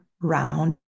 round